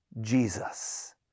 Jesus